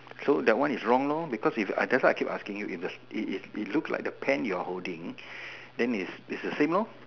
so that one is wrong lor because if I that's why I keep asking you if if it looks the pen you are holding then it's it's the same lor